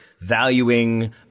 valuing